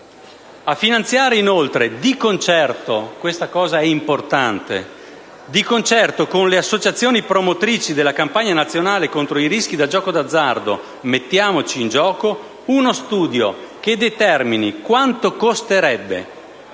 si finanzi, di concerto con le associazioni promotrici della campagna nazionale contro i rischi da gioco d'azzardo «Mettiamoci in gioco», uno studio che determini quanto costerebbe